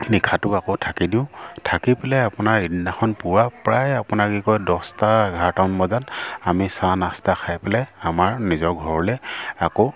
নিশাটো আকৌ থাকি দিওঁ থাকি পেলাই আপোনাৰ ইদিনাখন পুৱা প্ৰায় আপোনাক কি কয় দছটা এঘাৰটামান বজাত আমি চাহ নাস্তা খাই পেলাই আমাৰ নিজৰ ঘৰলৈ আকৌ